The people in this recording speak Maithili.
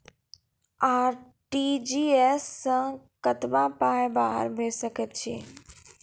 आर.टी.जी.एस सअ कतबा पाय बाहर भेज सकैत छी?